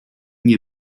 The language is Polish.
nie